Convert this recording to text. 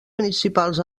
principals